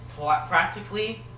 practically